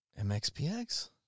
MXPX